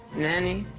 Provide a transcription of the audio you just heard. nanny,